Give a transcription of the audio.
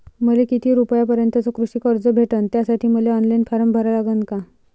मले किती रूपयापर्यंतचं कृषी कर्ज भेटन, त्यासाठी मले ऑनलाईन फारम भरा लागन का?